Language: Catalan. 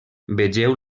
vegeu